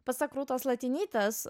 pasak rūtos latinytės